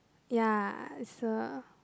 ya it's a